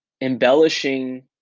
embellishing